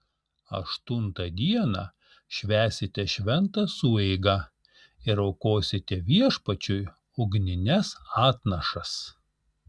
aštuntą dieną švęsite šventą sueigą ir aukosite viešpačiui ugnines atnašas